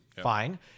Fine